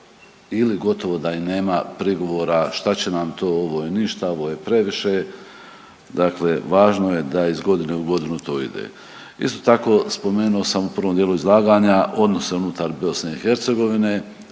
ili gotovo da i nema prigovora šta će nam to, ovo je ništa, ovo je previše, dakle važno je da iz godine u godinu to ide. Isto tako, spomenuo sam u prvom dijelu izlaganja odnose unutar BiH,